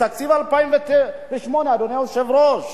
אדוני היושב-ראש,